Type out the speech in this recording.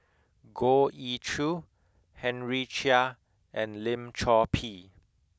Goh Ee Choo Henry Chia and Lim Chor Pee